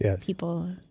people